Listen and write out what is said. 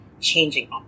changing